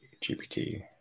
GPT